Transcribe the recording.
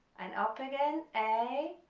and up again a,